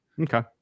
Okay